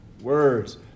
Words